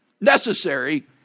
necessary